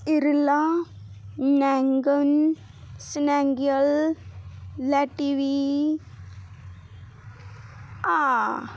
ਈਰਲਾ ਨੈਗਨ ਸਨੈਗੀਅਲ ਲੈਟੀਵੀਆ